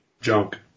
Junk